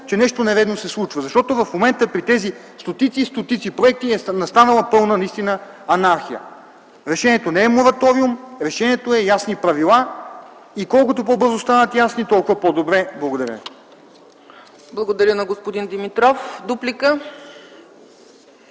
че нещо нередно се случва. В момента при тези стотици, стотици проекти е настанала пълна анархия. Решението не е мораториум, решението е ясни правила. Колкото по-бързо станат ясни, толкова по-добре. Благодаря ви. ПРЕДСЕДАТЕЛ ЦЕЦКА ЦАЧЕВА: Благодаря на господин Димитров. Дуплика?